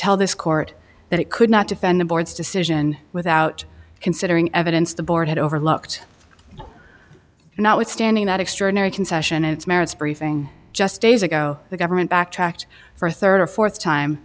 tell this court that it could not defend the board's decision without considering evidence the board had overlooked notwithstanding that extraordinary concession in its merits briefing just days ago the government backtracked for a third or fourth time